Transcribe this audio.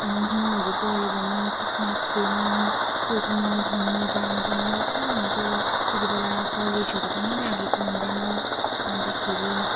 अनि हिउँहरू पऱ्यो भने त्यसमा खेल्नु कुद्नु घुम्नु जानु पनि मजा हुन्छ त्यति बेला कलेजहरू पनि लागेको हुँदैन अन्तखेरि